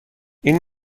این